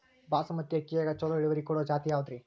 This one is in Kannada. ಬಾಸಮತಿ ಅಕ್ಕಿಯಾಗ ಚಲೋ ಇಳುವರಿ ಕೊಡೊ ಜಾತಿ ಯಾವಾದ್ರಿ?